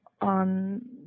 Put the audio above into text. on